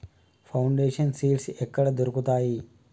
Foundation seeds ఎక్కడ దొరుకుతాయి?